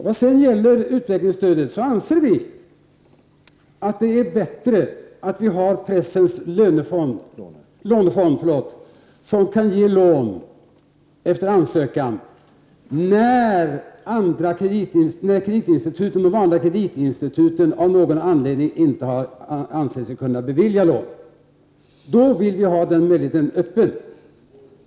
När det gäller utvecklingsstödet anser vi att det är bättre att vi har pressens lånefond, som kan ge lån efter ansökan när det vanliga kreditinstituten av någon anledning inte anser sig kunna bevilja lån. I sådana situationer vill vi ha den möjligheten öppen.